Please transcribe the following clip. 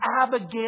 Abigail